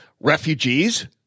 refugees